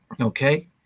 Okay